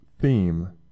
theme